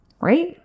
Right